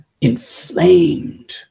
inflamed